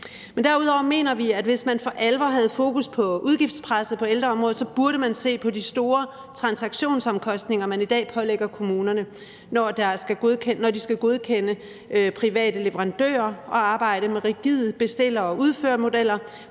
Men derudover mener vi, at hvis man for alvor havde fokus på udgiftspresset på ældreområdet, så burde man se på de store transaktionsomkostninger, man i dag pålægger kommunerne, når de skal godkende private leverandører og arbejde med rigide bestiller- og udførermodeller,